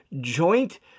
joint